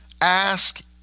ask